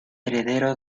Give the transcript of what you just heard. heredero